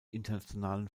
internationalen